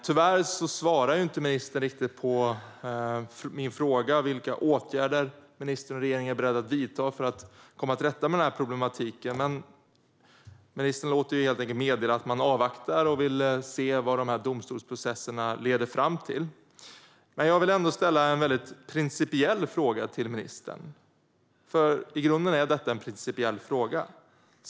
Tyvärr svarar ministern inte riktigt på min fråga om vilka åtgärder ministern och regeringen är beredda att vidta för att komma till rätta med problematiken. Ministern låter helt enkelt meddela att man avvaktar och vill se vad domstolsprocesserna leder fram till. Jag vill ändå ställa en väldigt principiell fråga till ministern, för i grunden är det en principiell fråga.